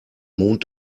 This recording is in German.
mond